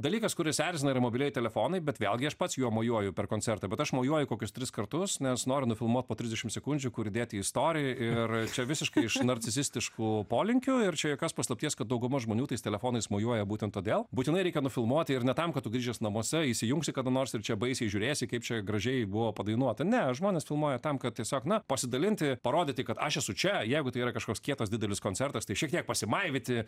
dalykas kuris erzina yra mobilieji telefonai bet vėlgi aš pats juo mojuoju per koncertą bet aš mojuo kokius tris kartus nes noriu nufilmuot po trisdešim sekundžių kur įdėti į storį ir čia visiškai iš narcisistiškų polinkių ir čia jokios paslapties kad dauguma žmonių tais telefonais mojuoja būtent todėl būtinai reikia nufilmuoti ir ne tam kad tu grįžęs namuose įsijungsi kada nors ir čia baisiai žiūrėsi kaip čia gražiai buvo padainuota ne žmonės filmuoja tam kad tiesiog na pasidalinti parodyti kad aš esu čia jeigu tai yra kažkoks kietas didelis koncertas tai šiek tiek pasimaivyti